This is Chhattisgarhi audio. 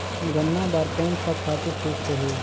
गन्ना बार कोन सा खातु ठीक होही?